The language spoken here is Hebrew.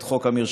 את חוק המרשמים,